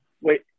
Wait